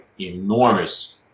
enormous